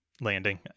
landing